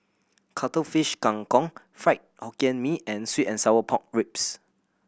Cuttlefish Kang Kong Fried Hokkien Mee and sweet and sour pork ribs